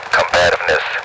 combativeness